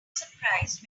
surprised